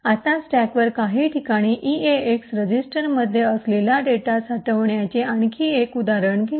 आता स्टॅकवरील काही ठिकाणी ईएएक्स रजिस्टरमध्ये असलेला डेटा साठवण्याचे आणखी एक उदाहरण घेऊ